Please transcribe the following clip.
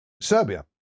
Serbia